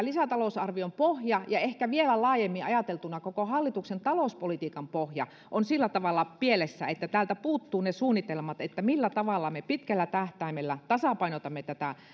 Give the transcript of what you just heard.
lisätalousarvion pohja ja ehkä vielä laajemmin ajateltuna koko hallituksen talouspolitiikan pohja ovat sillä tavalla pielessä että täältä puuttuvat ne suunnitelmat millä tavalla me pitkällä tähtäimellä tasapainotamme